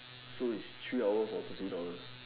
so it's three hour from fifty dollars